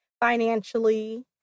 financially